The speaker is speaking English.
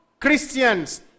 Christians